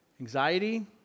anxiety